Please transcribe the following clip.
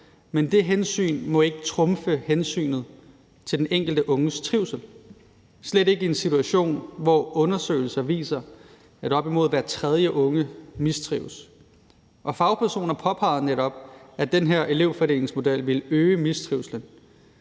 men det hensyn må ikke trumfe hensynet til den enkelte unges trivsel, slet ikke i en situation, hvor undersøgelser viser, at op imod hver tredje unge mistrives. Fagpersoner påpegede netop, at den her elevfordelingsmodel ville øge mistrivslen.